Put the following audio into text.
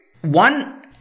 one